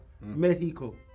Mexico